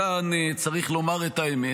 כאן צריך לומר את האמת.